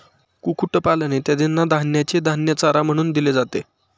कुक्कुटपालन इत्यादींना धान्याचे धान्य चारा म्हणून दिले जाते